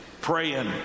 praying